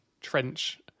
trench